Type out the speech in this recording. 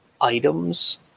items